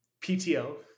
PTO